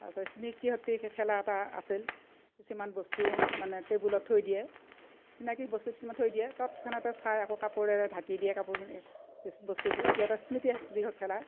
তাৰপিছত স্মৃতি শক্তি খেলা এটা আছিল কিছুমান বস্তু মানে টেবুলত থৈ দিয়ে চিনাকি বস্তু কিছুমান থৈ দিয়ে তৎক্ষণাতে চাই আকৌ কাপোৰেৰে ঢাকি দিয়ে কাপোৰখিনি বস্তুবোৰ এইটো এটা স্মৃতি শক্তি খেলা